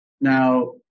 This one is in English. Now